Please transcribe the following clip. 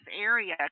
area